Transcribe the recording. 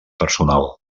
personal